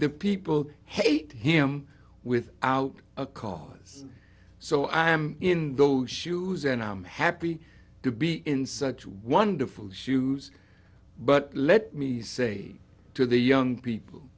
the people hate him with out a cause so i am in those shoes and i'm happy to be in such wonderful shoes but let me say to the young people